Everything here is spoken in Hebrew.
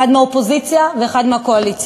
האחד מהאופוזיציה והשני מהקואליציה.